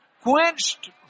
Quenched